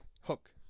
Hook